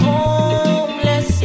Homeless